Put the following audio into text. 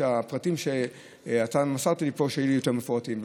שהפרטים שמסרת לי פה יהיו יותר מפורטים.